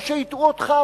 או שהטעו אותך,